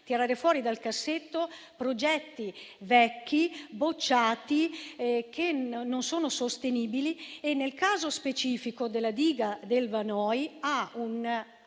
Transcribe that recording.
tirare fuori dal cassetto progetti vecchi, bocciati e non sostenibili. Nel caso specifico, la diga del Vanoi ha un